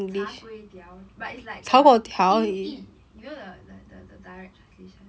char kway teow but it's like the 英译 you know the the the the direct translation